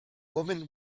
woman